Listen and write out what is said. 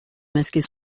masquer